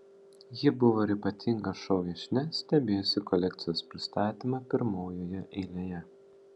ji buvo ir ypatinga šou viešnia stebėjusi kolekcijos pristatymą pirmojoje eilėje